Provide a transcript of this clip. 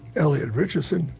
elliot richardson,